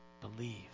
Believe